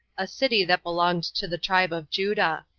a city that belonged to the tribe of judah.